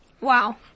Wow